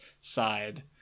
side